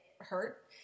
hurt